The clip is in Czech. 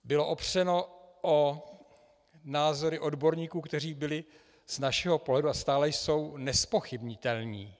Bylo opřeno o názory odborníků, kteří byli z našeho pohledu, a stále jsou, nezpochybnitelní.